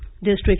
District